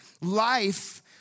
Life